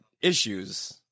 issues